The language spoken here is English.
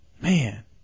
Man